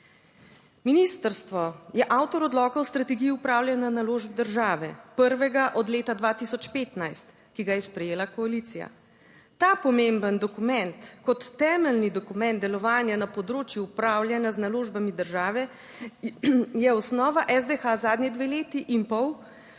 Ministrstvo je avtor odloka o strategiji upravljanja naložb države, prvega od leta 2015, ki ga je sprejela koalicija. Ta pomemben dokument kot temeljni dokument delovanja na področju upravljanja z naložbami države je osnova SDH zadnji dve leti in pol,